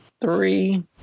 three